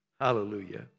Hallelujah